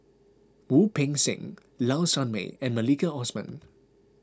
Wu Peng Seng Low Sanmay and Maliki Osman